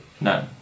No